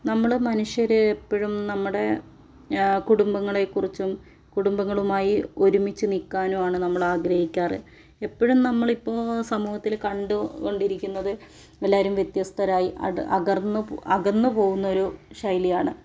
നമ്മൾ മനുഷ്യർ എപ്പോഴും നമ്മുടെ കുടുംബങ്ങളെക്കുറിച്ചും കുടുംബങ്ങളുമായി ഒരുമിച്ച് നിൽക്കാനുമാണ് നമ്മൾ ആഗ്രഹിക്കാറ് എപ്പോഴും നമ്മളിപ്പോൾ സമൂഹത്തിൽ കണ്ടു കൊണ്ടിരിക്കുന്നത് എല്ലാരും വ്യത്യസ്തരായി അകന്നു പോകുന്നൊരു ശൈലിയാണ്